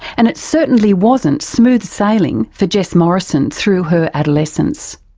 and it certainly wasn't smooth sailing for jess morrison through her adolescence.